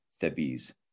Thebes